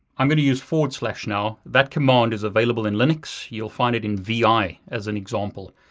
i'm gonna use forward slash now. that command is available in linux. you'll find it in vi, as an example.